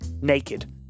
naked